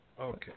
Okay